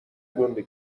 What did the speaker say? گنده